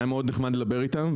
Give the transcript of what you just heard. היה מאוד נחמד לדבר איתם,